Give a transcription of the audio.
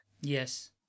Yes